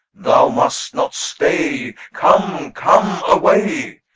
thou must not stay, come, come away,